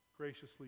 graciously